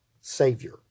Savior